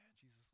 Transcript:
jesus